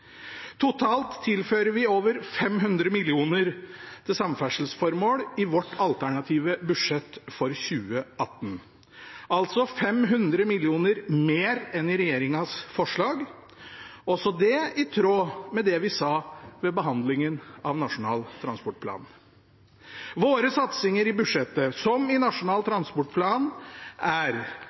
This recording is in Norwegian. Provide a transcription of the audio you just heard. Totalt tilfører vi over 500 mill. kr til samferdselsformål i vårt alternative budsjett for 2018 – altså 500 mill. kr mer enn i regjeringens forslag. Også det er i tråd med det vi sa ved behandlingen av Nasjonal transportplan. Våre satsinger i budsjettet – som i Nasjonal transportplan – er: